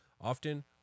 often